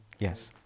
Yes